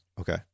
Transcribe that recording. Okay